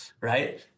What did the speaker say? right